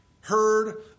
heard